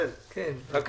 משהו